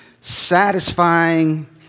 Satisfying